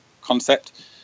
concept